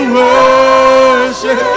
worship